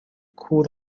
کور